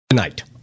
Tonight